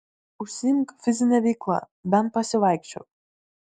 užsiimk fizine veikla bent pasivaikščiok